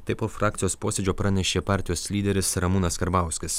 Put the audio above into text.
taip po frakcijos posėdžio pranešė partijos lyderis ramūnas karbauskis